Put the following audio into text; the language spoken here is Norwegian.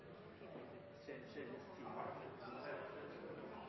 det er Marie Melgård, Tore